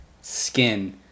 skin